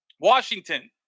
Washington